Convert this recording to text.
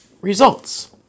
results